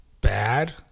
bad